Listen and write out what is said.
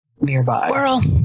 nearby